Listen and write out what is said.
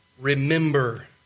Remember